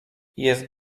jest